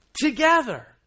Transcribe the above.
Together